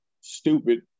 stupid